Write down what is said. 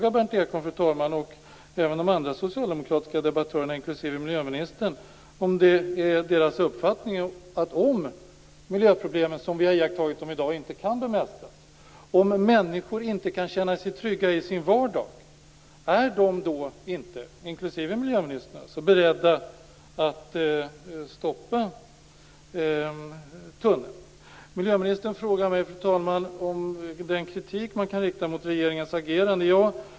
Jag vill ställa en fråga till Berndt Ekholm och även till de andra socialdemokratiska debattörerna, inklusive miljöministern: Om de miljöproblem som vi har iakttagit i dag inte kan bemästras, om människor inte kan känna sig trygga i sin vardag, är ni då inte, inklusive miljöministern, beredda att stoppa tunneln? Fru talman! Miljöministern frågade mig om den kritik man kan rikta mot regeringens agerande.